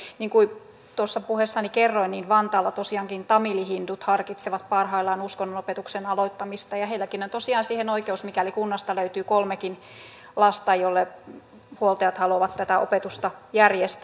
niin kuin tuossa puheessani kerroin niin vantaalla tosiaankin tamili hindut harkitsevat parhaillaan uskonnonopetuksen aloittamista ja heilläkin on tosiaan siihen oikeus mikäli kunnasta löytyy kolmekin lasta jolle huoltajat haluavat tätä opetusta järjestää